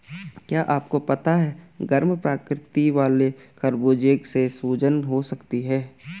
क्या आपको पता है गर्म प्रकृति वालो को खरबूजे से सूजन हो सकती है?